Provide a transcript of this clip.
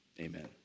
Amen